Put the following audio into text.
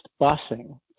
busing